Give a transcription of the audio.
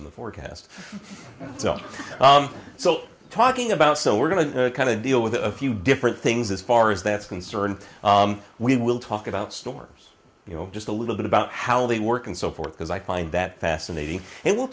in the forecast so talking about so we're going to kind of deal with a few different things as far as that's concerned we will talk about storms you know just a little bit about how they work and so forth because i find that fascinating and we'll